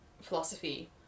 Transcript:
philosophy